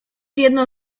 jedną